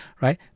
Right